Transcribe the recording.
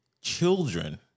children